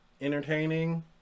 entertaining